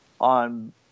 on